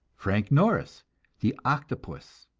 frank norris the octopus.